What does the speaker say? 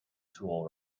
tool